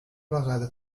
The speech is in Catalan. vegada